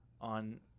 on